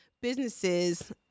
businesses